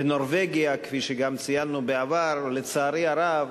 בנורבגיה, כפי שגם ציינו בעבר, לצערי הרב,